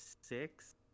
six